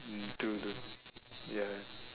ya do those ya